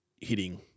hitting